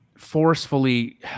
forcefully